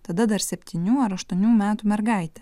tada dar septynių ar aštuonių metų mergaitę